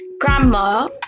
Grandma